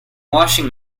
washing